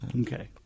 Okay